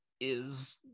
is-